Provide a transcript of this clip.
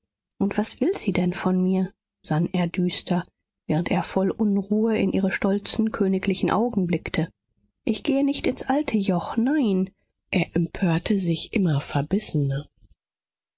und was will sie denn von mir sann er düster während er voll unruhe in ihre stolzen königlichen augen blickte ich gehe nicht ins alte joch nein er empörte sich immer verbissener